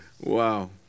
Wow